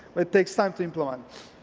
but it takes time to implement.